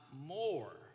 more